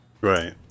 Right